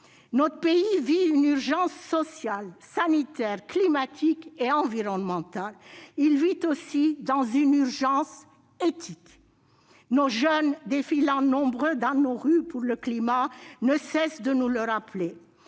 Notre pays vit une urgence sociale, sanitaire, climatique et environnementale. Il vit aussi dans une urgence éthique. Nos jeunes, défilant nombreux dans nos rues pour le climat, ne cessent de nous le rappeler.